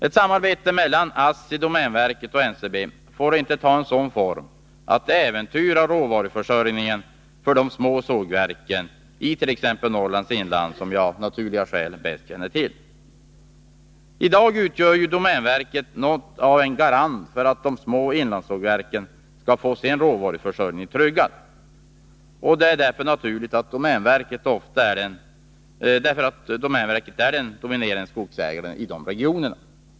Ett samarbete mellan ASSI, domänverket och NCB får inte ta sådan form att det äventyrar råvaruförsörjningen för de små sågverkenit.ex. Norrlands inland, som jag av naturliga skäl bäst känner till. I dag utgör domänverket något av en garant för att de små inlandssågverken skall få sin råvaruförsörjning tryggad. Det är naturligt därför att domänverket ofta är den dominerande skogsägaren i dessa regioner.